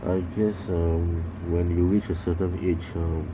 I guess um when you reach a certain age um